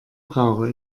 brauche